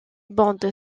bande